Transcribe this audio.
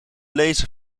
lezen